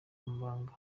amabanga